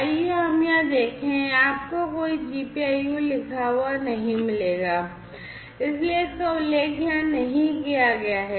आइए हम यहाँ देखें आपको कोई GPIO लिखा हुआ नहीं मिलेगा इसलिए इसका उल्लेख यहाँ नहीं किया गया है